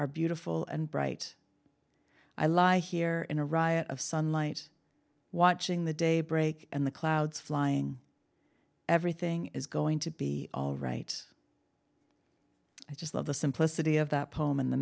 are beautiful and bright i lie here in a riot of sunlight watching the day break in the clouds flying everything is going to be all right i just love the simplicity of that poem and the